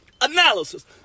analysis